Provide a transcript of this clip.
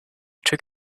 took